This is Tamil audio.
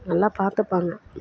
நல்லா பார்த்துப்பாங்க